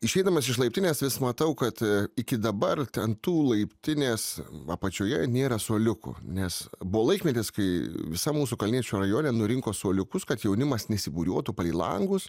išeidamas iš laiptinės vis matau kad iki dabar ten tų laiptinės apačioje nėra suoliukų nes buvo laikmetis kai visam mūsų kalniečių rajone nurinko suoliukus kad jaunimas nesibūriuotų palei langus